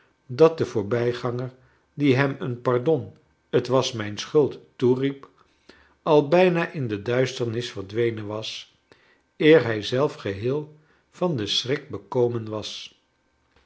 dat de voorbijganger die hem een pardon t was mijn schuld toeriep al bijna in de duisternis verdwenen was eer hij zelf geheel van den schrik bekomen was